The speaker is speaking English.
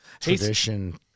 tradition